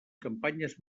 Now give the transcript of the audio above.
campanyes